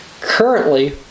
Currently